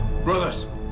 Brothers